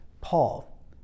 Paul